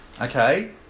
okay